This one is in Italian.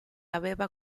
aveva